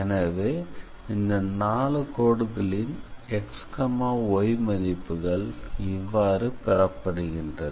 எனவே இந்த 4 கோடுகளின் xy மதிப்புகள் இவ்வாறு பெறப்படுகிறது